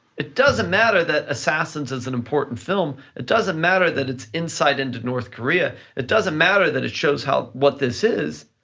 it doesn't matter that assassin is is an important film, it doesn't matter that it's inside into north korea, it doesn't matter that it shows how what this is,